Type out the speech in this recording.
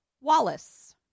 Wallace